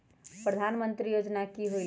प्रधान मंत्री योजना कि होईला?